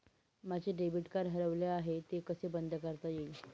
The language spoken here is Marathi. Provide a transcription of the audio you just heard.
माझे डेबिट कार्ड हरवले आहे ते कसे बंद करता येईल?